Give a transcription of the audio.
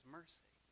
mercy